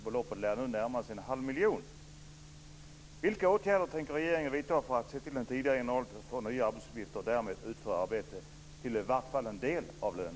Beloppet lär nu närma sig en halv miljon.